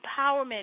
Empowerment